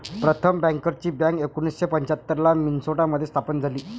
प्रथम बँकर्सची बँक एकोणीसशे पंच्याहत्तर ला मिन्सोटा मध्ये स्थापन झाली